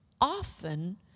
often